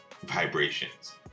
vibrations